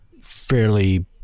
fairly